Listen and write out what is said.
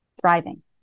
thriving